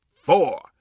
four